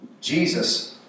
Jesus